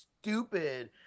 stupid